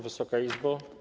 Wysoka Izbo!